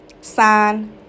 sign